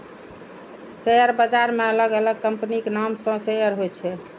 share बाजार मे अलग अलग कंपनीक नाम सं शेयर होइ छै